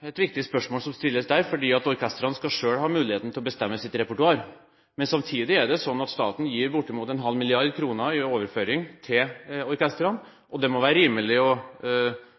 det slik at staten overfører bortimot ½ mrd. kr til orkestrene, og det må være rimelig å